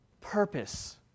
purpose